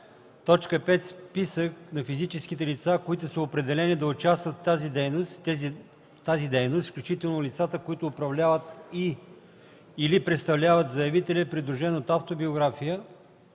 така: „5. списък на физическите лица, които са определени да участват в тази дейност, включително лицата, които управляват и/или представляват заявителя, придружен от автобиография